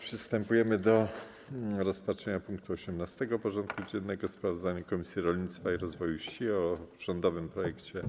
Przystępujemy do rozpatrzenia punktu 18. porządku dziennego: Sprawozdanie Komisji Rolnictwa i Rozwoju Wsi o rządowym projekcie